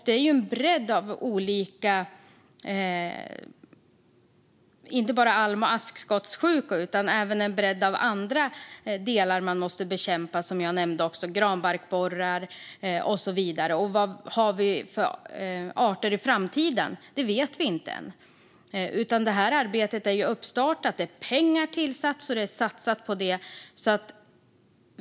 Det är inte bara alm och askskottsjukan utan även en bredd av annat som man måste bekämpa, och jag nämnde granbarkborrar. Vad vi kommer att ha för arter i framtiden vet vi inte än. Det här arbetet är uppstartat, och pengar har tillsatts.